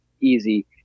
easy